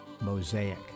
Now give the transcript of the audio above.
Mosaic